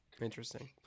Interesting